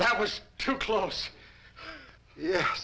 that was too close ye